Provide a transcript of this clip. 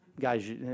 Guys